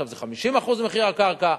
עכשיו זה 50% ממחיר הקרקע,